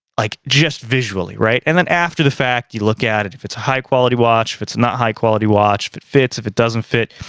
like, just visually right? and then after the fact you look at it if it's a high quality watch, if it's not high quality watch. if it fits, if it doesn't fit.